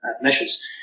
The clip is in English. measures